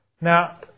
Now